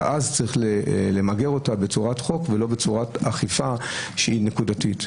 שיש למגר בצורת חוק ולא אכיפה נקודתית.